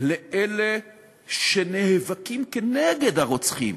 לאלה שנאבקים נגד הרוצחים,